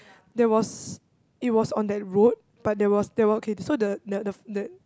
there was it was on that road but there was they were okay so the the f~ the